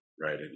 right